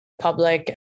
public